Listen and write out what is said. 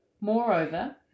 Moreover